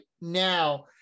now